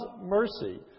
mercy